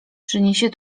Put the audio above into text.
przyniesie